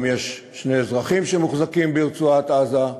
גם יש שני אזרחים שמוחזקים ברצועת-עזה,